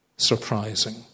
surprising